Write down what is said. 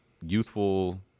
youthful